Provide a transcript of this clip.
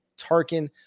Tarkin